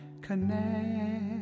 connect